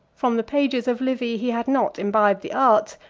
from the pages of livy he had not imbibed the art,